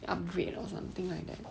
upgrade or something like that